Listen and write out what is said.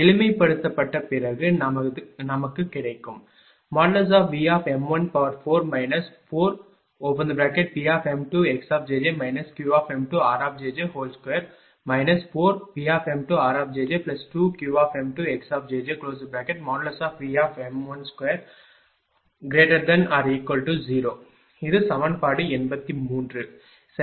எளிமைப்படுத்தப்பட்ட பிறகு நமக்கு கிடைக்கும் |V|4 4Pm2xjj Qm2rjj2 4Pm2rjj2Qm2xjj|V|2≥0 இது சமன்பாடு 83 சரி